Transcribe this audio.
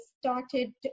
started